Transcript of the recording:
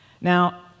Now